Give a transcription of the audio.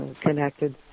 connected